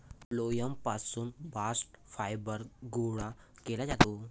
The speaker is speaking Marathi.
फ्लोएम पासून बास्ट फायबर गोळा केले जाते